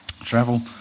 travel